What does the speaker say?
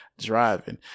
driving